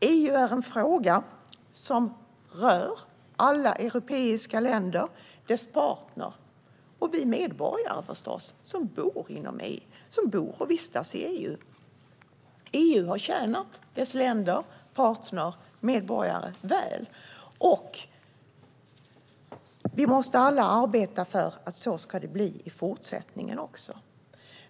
EU är en fråga som rör alla europeiska länder, dess partner och förstås oss medborgare som bor och vistas i EU. EU har tjänat sina medlemsländer, partner och medborgare väl, och vi måste alla arbeta för att det ska bli så också i fortsättningen.